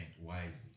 wisely